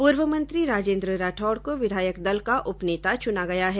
पूर्व मंत्री राजेन्द्र राठौड़ को विधायक दल का उपनेता चुना गया है